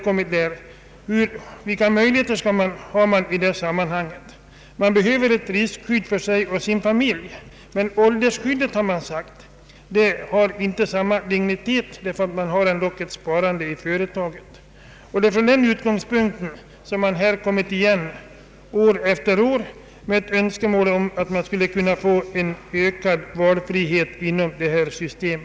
Vilka möjligheter har man då i detta sammanhang? Man behöver ett riskskydd för sig och sin familj, men åldersskyddet, har det sagts, har inte samma dignitet, på grund av att man har sparat inom företaget. Det är från den utgångspunkten som det år efter år har framlagts förslag om en ökad valfrihet inom detta system.